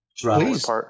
Please